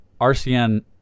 RCN